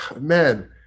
man